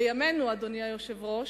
בימינו, אדוני היושב-ראש,